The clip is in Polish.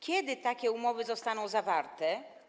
Kiedy takie umowy zostaną zawarte?